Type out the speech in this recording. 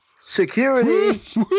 security